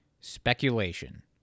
speculation